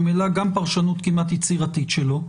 עליה אלא גם פרשנות כמעט יצירתית שלו.